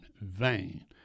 vain